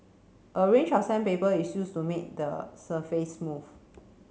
a range of sandpaper is used to make the surface smooth